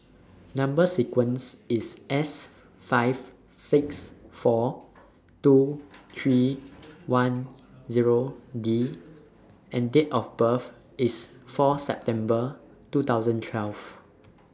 Number sequence IS S five six four two three one Zero D and Date of birth IS four September two thousand twelve